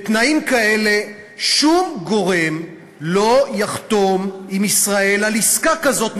בתנאים כאלה שום גורם לא יחתום עם ישראל על עסקה כזאת,